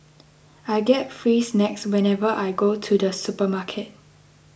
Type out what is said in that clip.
I get free snacks whenever I go to the supermarket